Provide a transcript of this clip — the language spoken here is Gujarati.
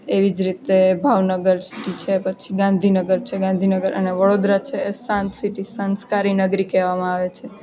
એવી જ રીતે ભાવનગર સિટી છે પછી ગાંધીનગર છે ગાંધીનગર અને વડોદરા છે એ શાંત સિટી સંસ્કારી નગરી કહેવામાં આવે છે